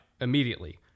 immediately